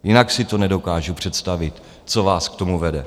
Jinak si to nedokážu představit, co vás k tomu vede.